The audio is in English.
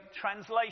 translation